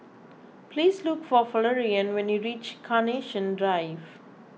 please look for Florian when you reach Carnation Drive